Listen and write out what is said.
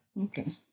Okay